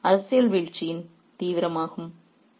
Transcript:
இது அரசியல் வீழ்ச்சியின் தீவிரமாகும்